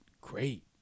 great